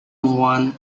one